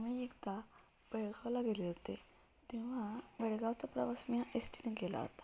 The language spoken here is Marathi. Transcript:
मी एकदा बेळगावला गेले होते तेव्हा बेळगावचा प्रवास मी एस टीनं केला होता